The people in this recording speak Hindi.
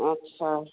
अच्छा